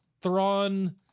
Thrawn